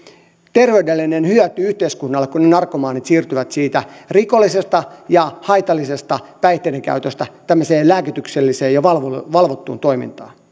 terveydellinen hyöty yhteiskunnalle kun ne narkomaanit siirtyvät siitä rikollisesta ja haitallisesta päihteiden käytöstä tämmöiseen lääkitykselliseen ja valvottuun toimintaan